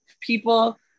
People